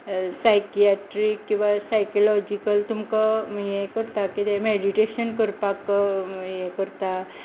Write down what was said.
psychiatric किंवा psychological तुमकां हें करतात कितें मॅडिटेशन करपाक हें करता